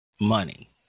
money